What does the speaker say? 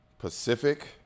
Pacific